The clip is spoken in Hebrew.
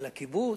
על הקיבוץ?